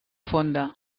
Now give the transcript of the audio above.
fonda